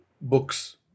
books